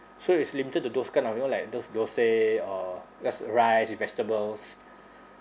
so it's limited to those kind of you know like those thosai or just rice with vegetables